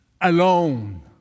alone